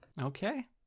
Okay